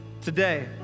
Today